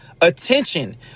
attention